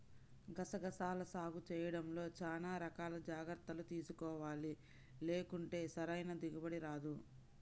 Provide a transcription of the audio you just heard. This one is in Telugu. గసగసాల సాగు చేయడంలో చానా రకాల జాగర్తలు తీసుకోవాలి, లేకుంటే సరైన దిగుబడి రాదు